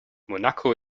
monaco